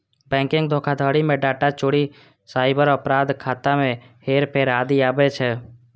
banking धोखाधड़ी मे data चोरी, साइबर अपराध, खाता मे हेरफेर आदि आबै छै